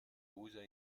usa